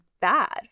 bad